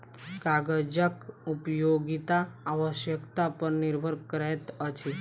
कागजक उपयोगिता आवश्यकता पर निर्भर करैत अछि